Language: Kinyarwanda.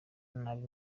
nabi